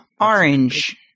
orange